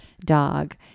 dog